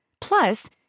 Plus